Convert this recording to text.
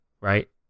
Right